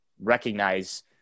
recognize